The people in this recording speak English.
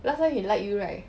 last time he like you right